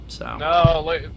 no